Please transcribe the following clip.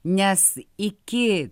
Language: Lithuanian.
nes iki